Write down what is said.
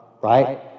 right